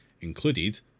included